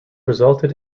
resulted